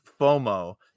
fomo